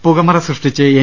പുകമറ സൃഷ്ടിച്ച് എൻ